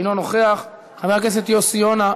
אינו נוכח, חבר הכנסת יוסי יונה,